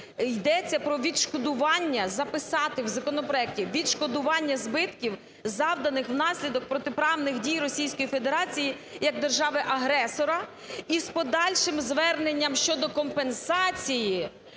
Йдеться про відшкодування… Записати в законопроекті: "відшкодування збитків, завданих внаслідок протиправних дій Російської Федерації як держави-агресора, із подальшим зверненням щодо компенсації